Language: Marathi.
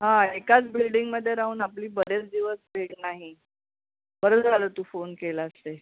हां एकाच बिल्डिंगमध्ये राहून आपली बरेच दिवस भेट नाही बरं झालं तू फोन केलास ते